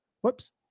Whoops